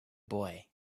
boy